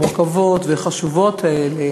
מורכבות וחשובות האלה